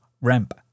Ramp